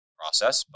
process